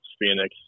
Phoenix